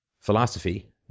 philosophy